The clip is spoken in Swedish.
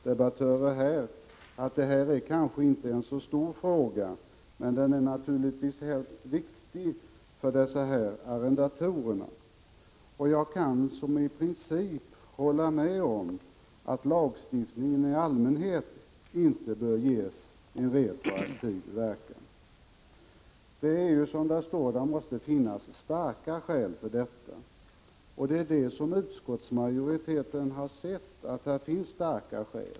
Herr talman! Jag skulle vilja säga till mina meddebattörer att den här frågan kanske inte är så stor, men naturligtvis mycket viktig för arrendatorerna. Jag kan i princip hålla med om att lagstiftning i allmänhet inte bör ges retroaktiv verkan. Det måste, som det står att läsa, finnas starka skäl för det. Utskottsmajoriteten anser att det finns starka skäl.